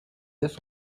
this